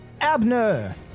Abner